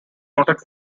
noted